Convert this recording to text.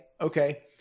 okay